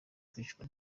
kwicwa